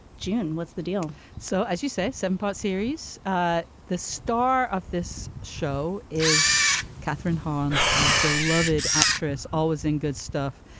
jim what's the deal so as you say some parts series ah the star of this show is kathryn hahn ah beloved actress always in good stuff.